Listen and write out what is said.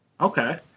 Okay